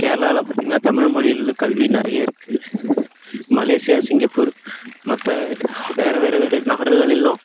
கேரளாவில் பார்த்தீங்கன்னா தமிழ்மொழியில் கல்வி நிறைய இருக்குது மலேஷியா சிங்கப்பூர் மற்ற வேறு வேறு வேறு நாடுகளிலேலும்